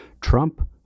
Trump